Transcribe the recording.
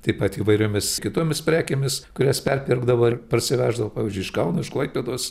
taip pat įvairiomis kitomis prekėmis kurias perpirkdavo ir parsiveždavo pavyzdžiui iš kauno iš klaipėdos